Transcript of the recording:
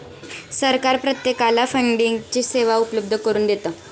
सरकार प्रत्येकाला फंडिंगची सेवा उपलब्ध करून देतं